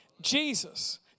Jesus